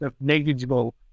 negligible